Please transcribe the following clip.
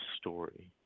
story